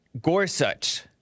Gorsuch